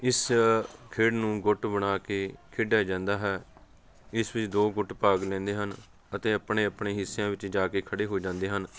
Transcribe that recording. ਇਸ ਖੇਡ ਨੂੰ ਗੁੱਟ ਬਣਾ ਕੇ ਖੇਡਿਆ ਜਾਂਦਾ ਹੈ ਇਸ ਵਿੱਚ ਦੋ ਗੁੱਟ ਭਾਗ ਲੈਂਦੇ ਹਨ ਅਤੇ ਆਪਣੇ ਆਪਣੇ ਹਿੱਸਿਆਂ ਵਿੱਚ ਜਾ ਕੇ ਖੜ੍ਹੇ ਹੋ ਜਾਂਦੇ ਹਨ